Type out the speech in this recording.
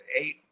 eight